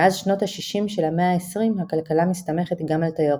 מאז שנות ה-60 של המאה ה-20 הכלכלה מסתמכת גם על תיירות.